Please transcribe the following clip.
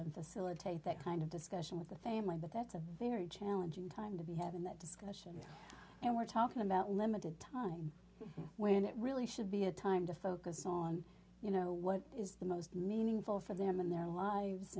siller take that kind of discussion with the family but that's a very challenging time to be having that discussion and we're talking about limited time when it really should be a time to focus on you know what is the most meaningful for them in